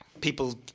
people